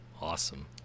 Awesome